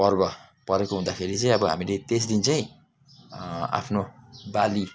पर्व परेको हुँदाखेरि चाहिँ अब हामीले त्यस दिन चाहिँ आफ्नो बाली